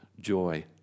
joy